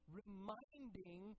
reminding